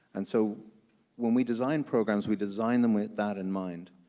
and so when we design programs, we design them with that in mind,